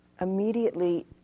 Immediately